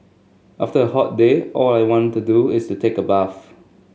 after a hot day all I want to do is take a bath